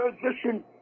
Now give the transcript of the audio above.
transition